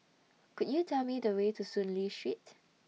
Could YOU Tell Me The Way to Soon Lee Street